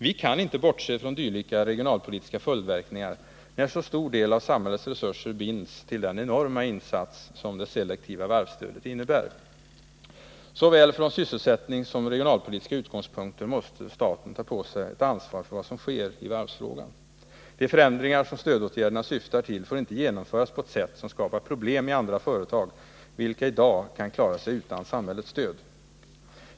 Vi kan inte bortse från dylika regionalpolitiska följdverkningar när så stor del av samhällets resurser binds till den enorma insats som det selektiva varvsstödet innebär. Från såväl sysselsättningssom regionalpolitiska utgångspunkter måste staten ta på sig ansvar för vad som nu sker i varvsfrågan. De förändringar som stödåtgärderna syftar till får inte genomföras på ett sätt som skapar problem i andra företag, vilka i dag kan klara sig utan samhällets stöd.